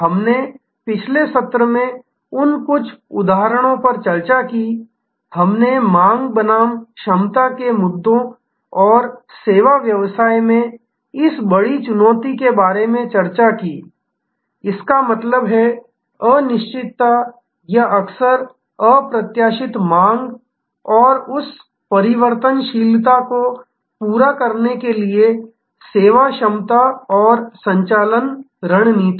हमने पिछले सत्र में उन कुछ उदाहरणों पर चर्चा की हमने मांग बनाम क्षमता के मुद्दों और सेवा व्यवसाय में इस बड़ी चुनौती के बारे में बहुत चर्चा की इसका मतलब है अनिश्चितता या अक्सर अप्रत्याशित मांग और उस परिवर्तनशीलता को पूरा करने के लिए सेवा क्षमता और संचालन रणनीति